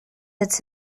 its